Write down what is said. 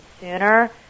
sooner